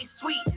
sweet